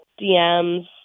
DMs